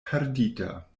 perdita